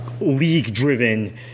league-driven